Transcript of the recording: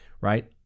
right